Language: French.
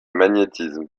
magnétisme